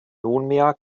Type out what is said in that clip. nunmehr